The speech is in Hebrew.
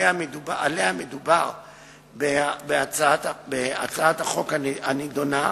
שעליה מדובר בהצעת החוק הנדונה,